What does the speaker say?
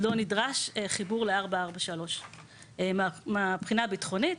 לא נדרש לחיבור 443. מהבחינה הביטחונית,